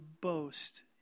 boast